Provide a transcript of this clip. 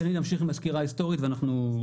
תן לי להמשיך עם הסקירה ההיסטורית ברשותך.